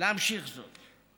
להמשיך זאת.